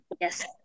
Yes